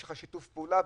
יש לך שיתוף פעולה,